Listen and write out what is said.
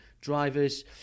drivers